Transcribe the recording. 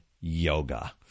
yoga